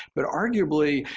but arguably,